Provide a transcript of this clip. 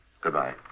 Goodbye